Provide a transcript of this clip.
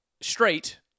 straight